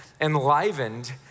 enlivened